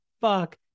fuck